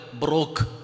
broke